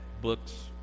books